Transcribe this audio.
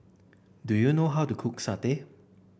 do you know how to cook satay